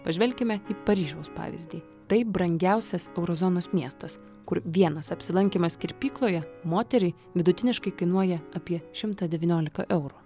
pažvelkime į paryžiaus pavyzdį tai brangiausias euro zonos miestas kur vienas apsilankymas kirpykloje moteriai vidutiniškai kainuoja apie šimtą devyniolika eurų